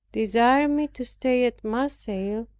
desired me to stay at marseilles,